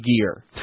gear